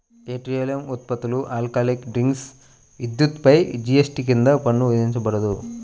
petroleum ఉత్పత్తులు, alcoholic drinks, విద్యుత్పై GST కింద పన్ను విధించబడదు